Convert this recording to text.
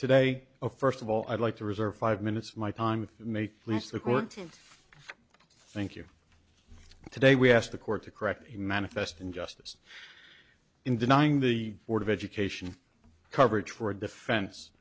today a first of all i'd like to reserve five minutes my time make please the court to thank you today we asked the court to correct the manifest injustice in denying the board of education coverage for a defense